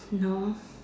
no